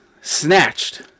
snatched